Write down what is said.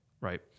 right